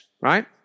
right